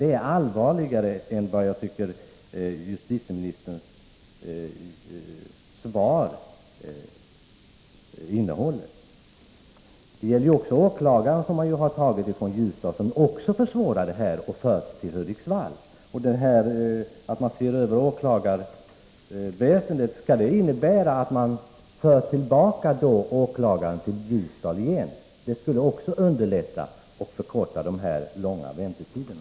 De är allvarligare än vad justitieministerns svar visar. Man har också tagit åklagare från Ljusdal och fört till Hudiksvall, vilket försvårar problemen. Skall det faktum att man ser över åklagarväsendet innebära att man för tillbaka åklagaren till Ljusdal? Det skulle också underlätta situationen och förkorta de långa väntetiderna.